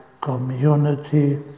community